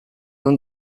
and